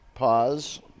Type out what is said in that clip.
pause